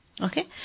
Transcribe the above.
Okay